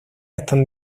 están